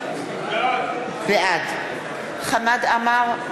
בעד חמד עמאר,